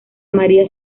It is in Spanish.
maría